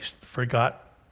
forgot